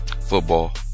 Football